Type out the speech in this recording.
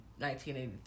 1983